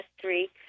three